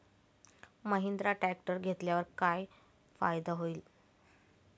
Mahindra tractor घेतल्यावर काय फायदा होईल?